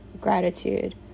gratitude